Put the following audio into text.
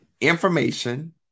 information